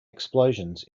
explosions